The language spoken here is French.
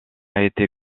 été